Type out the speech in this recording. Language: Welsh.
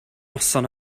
noson